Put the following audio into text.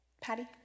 Patty